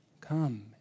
Come